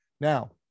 Now